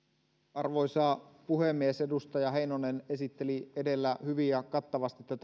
arvoisa puhemies edustaja heinonen esitteli edellä hyvin ja kattavasti